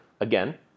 Again